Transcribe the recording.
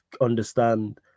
understand